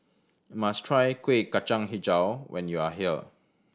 you must try Kueh Kacang Hijau when you are here